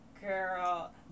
Girl